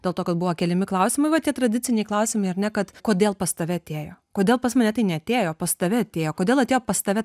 dėl to kad buvo keliami klausimai va tie tradiciniai klausimai ar ne kad kodėl pas tave atėjo kodėl pas mane tai neatėjo pas tave atėjo kodėl atėjo pas tave